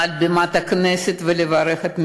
מעל בימת הכנסת, ולברך את המדינה,